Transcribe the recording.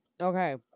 Okay